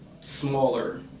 smaller